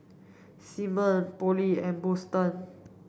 Simeon Polly and Boston